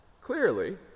clearly